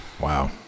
wow